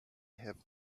have